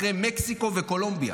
אחרי מקסיקו וקולומביה.